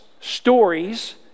stories